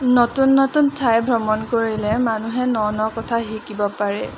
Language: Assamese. নতুন নতুন ঠাই ভ্ৰমণ কৰিলে মানুহে ন ন কথা শিকিব পাৰে